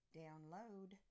download